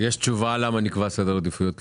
יש תשובה למה נקבע סדר עדיפויות כזה?